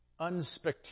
unspectacular